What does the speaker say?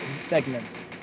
segments